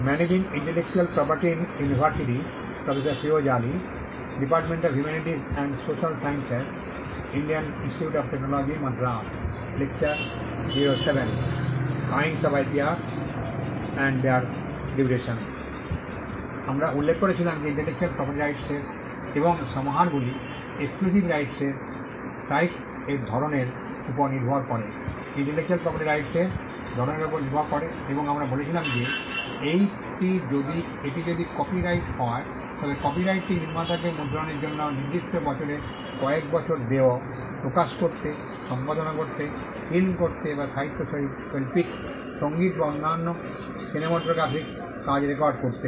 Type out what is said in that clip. আমরা উল্লেখ করছিলাম যে ইন্টেলেকচুয়াল প্রপার্টি রাইটস এর এবং সমাহারগুলি এক্সক্লুসিভ রাইটস এর রাইটস ের ধরণের উপর নির্ভর করে ইন্টেলেকচুয়াল প্রপার্টি রাইটস এর ধরণের উপর নির্ভর করে এবং আমরা বলছিলাম যে এটি যদি কপিরাইট হয় তবে কপিরাইটটি নির্মাতাকে মুদ্রণের জন্য নির্দিষ্ট বছরের কয়েক বছর দেয় প্রকাশ করতে সম্পাদনা করতে ফিল্ম করতে বা সাহিত্য শৈল্পিক সংগীত বা অন্যান্য সিনেমাটোগ্রাফিক কাজ রেকর্ড করতে